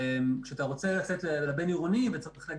כשאתה רוצה ללכת לבין עירוני וצריך להגיע